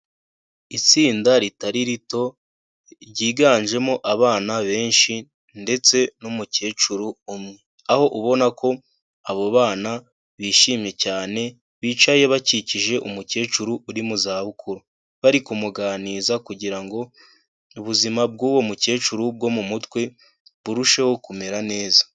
Itsinda ritari rito, ryiganjemo abana benshi ndetse n'umukecuru umwe, aho ubona ko abo bana bishimye cyane, bicaye bakikije umukecuru uri mu za bukuru, bari kumuganiriza kugirango ubuzima bw'uwo mukecuru bwo mu mutwe, burusheho kumera neza.